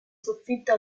soffitto